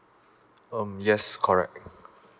um yes correct